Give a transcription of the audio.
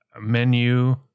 menu